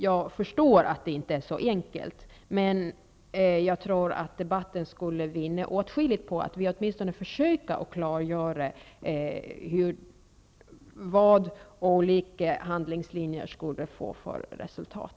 Jag förstår att det inte är så enkelt, men jag tror att debatten skulle vinna åtskilligt på att vi åtminstone försökte att klargöra vad olika handlingslinjer skulle få för resultat.